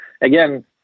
Again